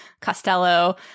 Costello